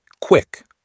Quick